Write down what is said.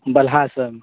बलहा सॅं आयल छी